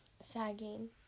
sagging